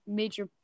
major